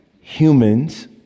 Humans